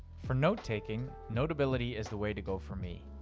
for note taking, notability is the way to go for me.